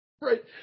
Right